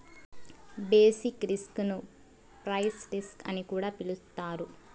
basic risk ను price risk అని కూడా పిలుత్తారు